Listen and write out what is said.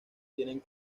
tienen